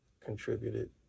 contributed